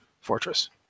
Fortress